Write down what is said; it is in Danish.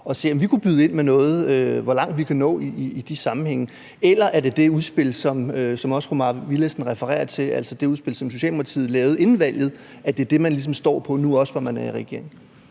at se, om vi kunne byde ind med noget, og hvor langt vi kan nå i de sammenhænge. Eller er det det udspil, som også fru Mai Villadsen refererer til, altså det udspil, som Socialdemokratiet lavede inden valget, man ligesom også står på nu, hvor man er regering?